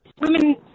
Women